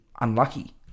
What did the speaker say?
unlucky